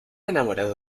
enamorado